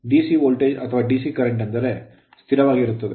DC voltage ಅಥವಾ DC current current ಎಂದರೆ ಅದು ಸ್ಥಿರವಾಗಿರುತ್ತದೆ